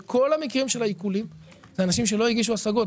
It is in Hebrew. וכל המקרים של העיקולים זה אנשים שלא הגישו השגות.